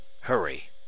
Hurry